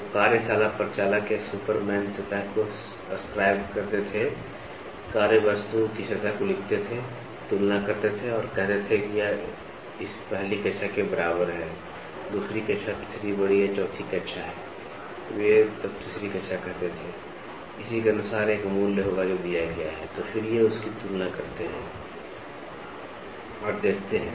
तो कार्यशाला प्रचालक या सुपरमैन सतह को स्क्राइब करते थे कार्यवस्तु की सतह को लिखते थे तुलना करते थे और कहते थे कि यह इस पहली कक्षा के बराबर है दूसरी कक्षा तीसरी बड़ी या चौथी कक्षा है वे तब तीसरी कक्षा कहते थे इसी के अनुसार एक मूल्य होगा जो दिया गया है तो फिर वे इसकी तुलना करते हैं और देखते हैं